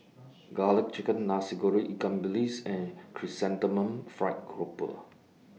Garlic Chicken Nasi Goreng Ikan Bilis and Chrysanthemum Fried Grouper